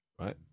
right